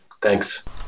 Thanks